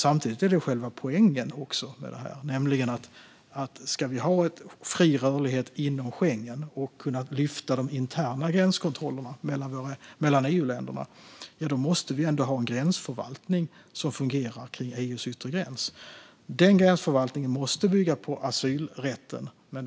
Samtidigt är det själva poängen med detta - ska vi ha fri rörlighet inom Schengen och kunna lyfta de interna gränskontrollerna mellan EU-länderna måste vi ändå ha en gränsförvaltning som fungerar kring EU:s yttre gräns. Den gränsförvaltningen måste bygga på asylrätten.